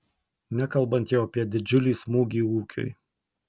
nekalbant jau apie didžiulį smūgį ūkiui